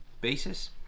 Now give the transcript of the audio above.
basis